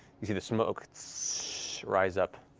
you see the smoke rise up.